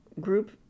group